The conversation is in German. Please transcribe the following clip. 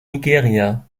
nigeria